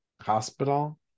hospital